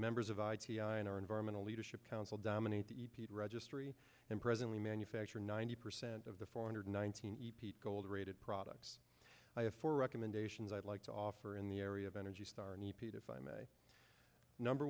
members of i t i n r environmental leadership council dominate the peat registry and presently manufacture ninety percent of the four hundred nineteen epeat gold rated products i have four recommendations i'd like to offer in the area of energy star an e p to find may number